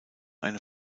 eine